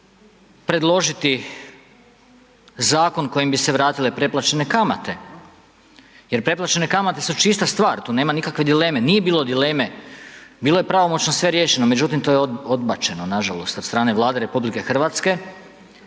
predložiti zakon kojim bi se vratile preplaćene kamate, jer preplaćene kamate su čista stvar, tu nema nikakve dileme. Nije bilo dileme, bilo je pravomoćno sve riješeno. Međutim, to je odbačeno, nažalost od strane Vlade RH, pa